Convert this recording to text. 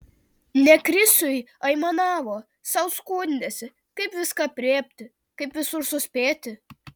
ne krisiui aimanavo sau skundėsi kaip viską aprėpti kaip visur suspėti